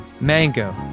mango